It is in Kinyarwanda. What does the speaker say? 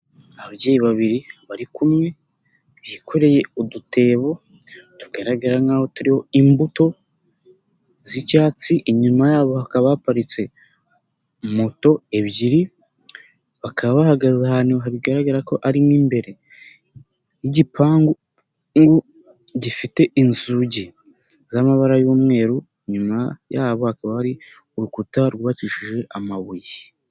Ababyeyi babiri bari kumwe bikoreye udutebo, tugaragara nk'aho turimo imbuto z'icyatsi, inyuma haparitse moto ebyiri, bakaba bahagaze ahantu hagaragara ko ari nk'imbere y'igipangugu gifite inzugi z'amabara y'umweru, inyuma yabo hakaba hari urukuta rwawukishije amabuye.